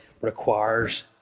requires